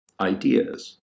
ideas